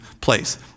place